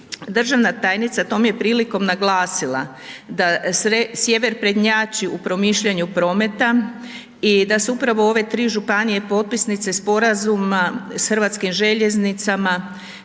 Državna tajnica tom je prilikom naglasila da sjever prednjači u promišljanju prometa i da su upravo ove tri županije potpisnice sporazuma s HŽ-om prve